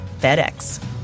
FedEx